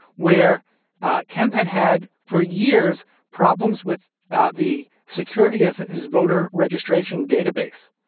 where kemp had had for years problems with the security of his voter registration database.